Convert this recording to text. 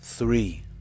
Three